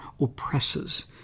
oppresses